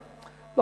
חבר הכנסת מיכאלי,